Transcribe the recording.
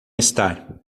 estar